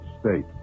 state